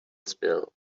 spill